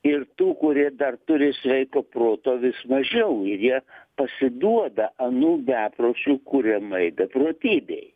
ir tų kurie dar turi sveiko proto vis mažiau ir jie pasiduoda anų bepročių kuriamai beprotybei